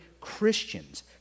Christians